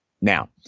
Now